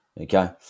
Okay